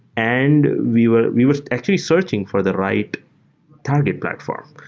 and we were we were actually searching for the right target platform.